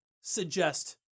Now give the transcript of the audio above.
suggest